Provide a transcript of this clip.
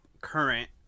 current